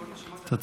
אני אעלה